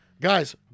Guys